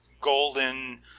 golden